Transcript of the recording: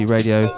Radio